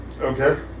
Okay